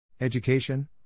Education